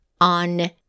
on